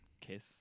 Kiss